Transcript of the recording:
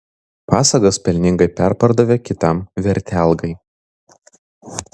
pasagas pelningai perpardavė kitam vertelgai